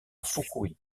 fukui